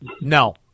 no